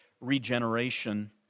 regeneration